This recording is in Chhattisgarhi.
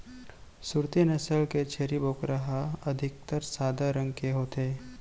सूरती नसल के छेरी बोकरा ह अधिकतर सादा रंग के होथे